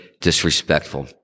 disrespectful